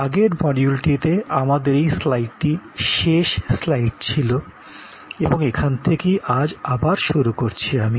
আগের মডিউলটিতে আমাদের এই স্লাইডটি শেষ স্লাইড ছিল এবং এখান থেকেই আজ আবার শুরু করছি আমি